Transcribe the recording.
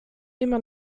immer